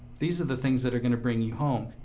these are the things that are gonna bring you home.